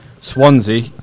Swansea